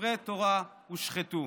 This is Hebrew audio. וספרי תורה הושחתו.